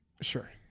Sure